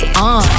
on